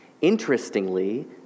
Interestingly